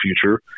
future